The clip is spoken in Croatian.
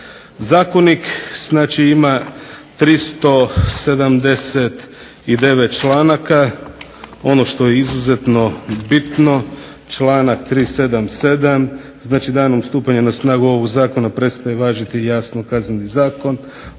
Zakonik znači ima 379 članaka. Ono što je izuzetno bitno članak 377. – znači danom stupanja na snagu ovog zakona prestaje važiti jasno Kazneni zakon